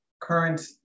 current